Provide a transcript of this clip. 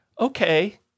okay